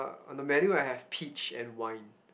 on the menu I have peach and wine